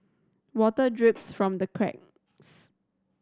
water drips from the cracks